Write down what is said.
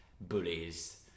bullies